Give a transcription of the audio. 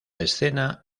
escena